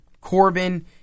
Corbin